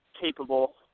capable